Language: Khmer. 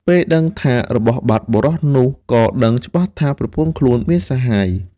ពេលដឹងថារបស់បាត់ បុរសនោះក៏ដឹងច្បាស់ថាប្រពន្ធខ្លួនមានសហាយ។